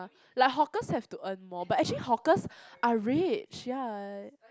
like hawkers have to earn more but actually hawkers are rich ya